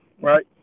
right